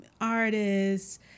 artists